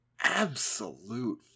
absolute